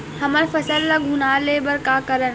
हमर फसल ल घुना ले बर का करन?